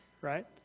right